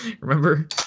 Remember